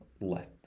left